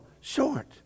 short